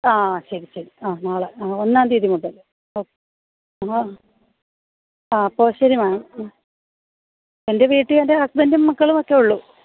ആ ശരി ശരി ആ നാളെ ഒന്നാം തിയ്യതി മുതൽ ഓഹ് ആ അപ്പോൾ ശരി മേം എൻ്റെ വീട്ടിൽ എൻ്റെ ഹസ്ബെൻറ്റും മക്കളും ഒക്കേ ഉളളൂ